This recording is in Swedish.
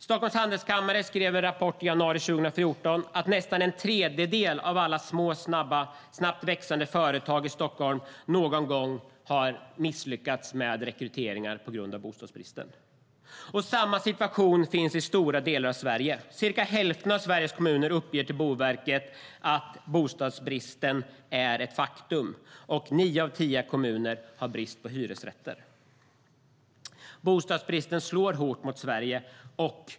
Stockholms Handelskammare skrev i en rapport i januari 2014 att nästan en tredjedel av alla små snabbt växande företag i Stockholm någon gång har misslyckats med rekryteringar på grund av bostadsbristen. Samma situation finns i stora delar av Sverige. Cirka hälften av Sveriges kommuner uppger till Boverket att bostadsbristen är ett faktum, och nio av tio kommuner har brist på hyresrätter. Bostadsbristen slår hårt mot Sverige.